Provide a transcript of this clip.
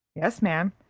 yes, ma'am,